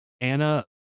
Anna